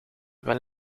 wel